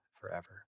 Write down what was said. forever